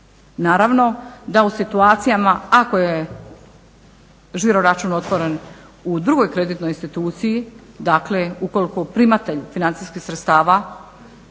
Naravno da u situacijama ako je žiroračun otvoren u drugoj kreditnoj instituciji dakle ukoliko primatelj financijskih sredstava